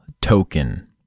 token